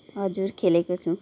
हजुर खेलेको छु